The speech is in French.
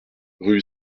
rue